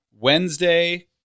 Wednesday